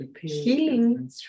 healing